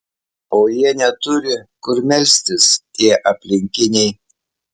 o jie neturi kur melstis tie aplinkiniai